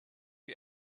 you